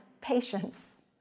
patience